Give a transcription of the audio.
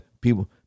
people